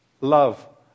love